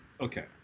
okay